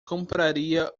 compraria